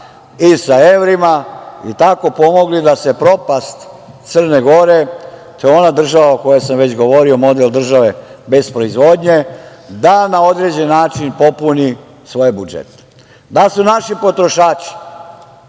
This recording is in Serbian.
i sa evrima i tako pomogli da se propast Crne Gore, to je ona država o kojoj sam već govorio, model države bez proizvodnje, da na određen način popuni svoje budžete. Da su naši potrošači,